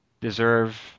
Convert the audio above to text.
deserve